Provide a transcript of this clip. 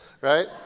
right